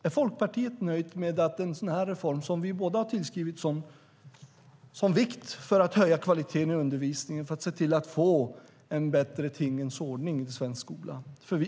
Är Folkpartiet nöjt när det gäller denna reform som vi både tillskrivit en sådan vikt för att höja kvaliteten på undervisningen och för att se till att få en bättre tingens ordning i svensk skola?